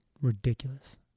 ridiculous